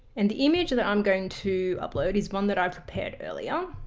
and the image that i'm going to upload is one that i prepared earlier.